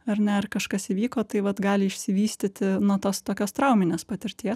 ar ne ar kažkas įvyko tai vat gali išsivystyti nuo tos tokios trauminės patirtie